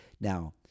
Now